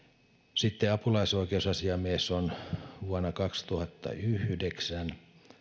sitten apulaisoikeusasiamies on vuonna kaksituhattayhdeksän